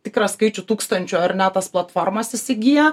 tikrą skaičių tūkstančių ar ne tas platformas įsigija